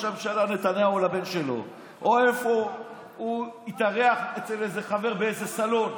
הממשלה נתניהו או לבן שלו או איפה הוא התארח אצל איזה חבר באיזה סלון,